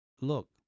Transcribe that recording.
look